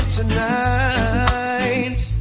tonight